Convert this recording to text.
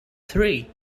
three